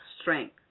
strength